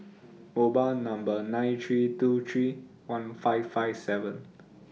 O Bar Number nine three two three one five five seven